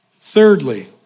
Thirdly